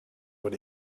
what